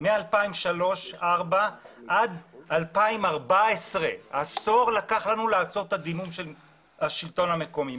מ-2003 עד 2014 לקח לנו לעצור את הדימום של השלטון המקומי.